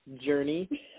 journey